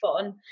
fun